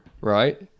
right